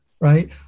right